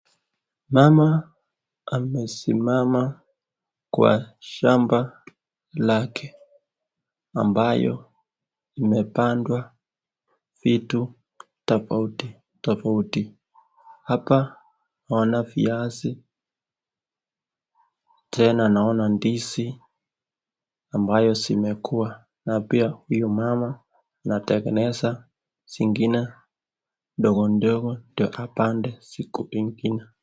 Mama amesimama kwa shamba lake ambayo imepandwa vitu tofauti tofauti. Hapa naona viazi tena naona ndizi ambayo zimekuwa na pia huyu mama anatengeneza zingine ndogondogo ndio apande siku ingine.